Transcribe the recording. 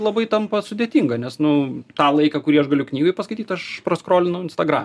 labai tampa sudėtinga nes nu tą laiką kurį aš galiu knygai paskaityt aš paskolinau instagram